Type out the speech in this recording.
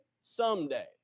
someday